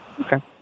Okay